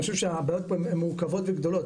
אני חושב שהבעיות פה הן מורכבות וגדולות,